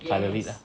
I love it lah